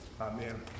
Amen